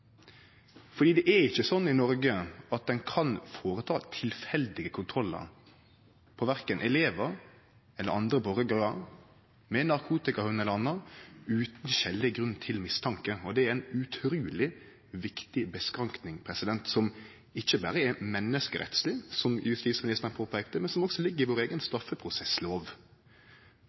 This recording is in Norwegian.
ein kan føreta tilfeldige kontrollar, verken av elevar eller andre borgarar, med narkotikahundar eller anna, utan skilleg grunn til mistanke. Det er ei utruleg viktig avgrensing som ikkje berre er menneskerettsleg, som justisministeren påpeikte, men som også ligg i vår